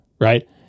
right